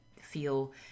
feel